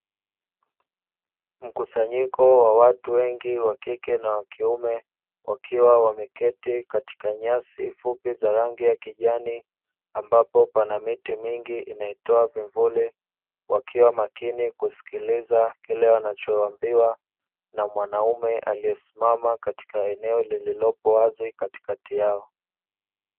Mkusanyiko wa watu wengi, wa kike na wa kiume, wakiwa wamekaa katika nyasi fupi za rangi ya kijani ambapo pana miti mingi inayotoa vivuli, wakiwa makini kusikiliza kile wanachowaambiwa na mwanaume aliyesimama katika eneo lililopo wazi katikati yao.